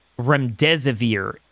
remdesivir